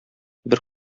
бер